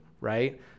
right